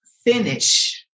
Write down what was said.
finish